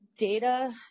data